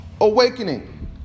awakening